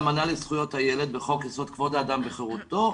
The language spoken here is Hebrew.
האמנה לזכויות הילד וחוק יסוד כבוד האדם וחירותו,